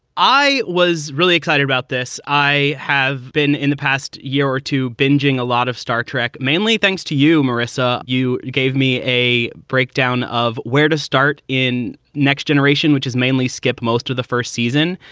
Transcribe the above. i was really excited about this i have been in the past year or two bingeing a lot of star trek, mainly. thanks to you, marissa. you you gave me a breakdown of where to start in next generation, which is mainly skipped most of the first season.